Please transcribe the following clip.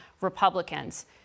Republicans